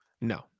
No